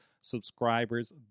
subscribers